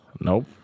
Nope